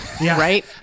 right